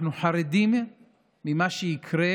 אנחנו חרדים ממה שיקרה